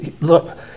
Look